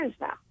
now